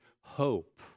hope